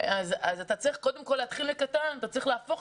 אתה צריך קודם כול להתחיל בקטן להפוך